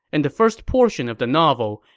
and the first portion of the novel,